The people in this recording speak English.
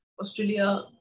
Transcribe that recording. Australia